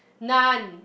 none